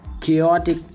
chaotic